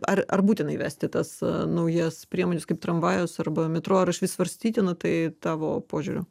ar ar būtina įvesti tas naujas priemones kaip tramvajus arba metro ar iš vis svarstytina tai tavo požiūriu